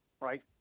right